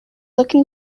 looking